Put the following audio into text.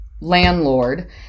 landlord